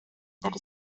good